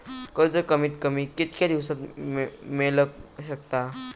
कर्ज कमीत कमी कितक्या दिवसात मेलक शकता?